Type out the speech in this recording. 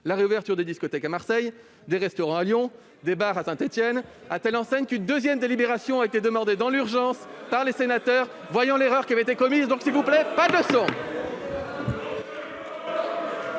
la réouverture des discothèques à Marseille, des restaurants à Lyon ou encore des bars à Saint-Étienne, à telle enseigne qu'une seconde délibération a été demandée dans l'urgence par les sénateurs, voyant l'erreur qui avait été commise. C'est faux ! Menteur !